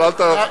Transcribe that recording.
אבל אל תשוחח,